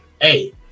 hey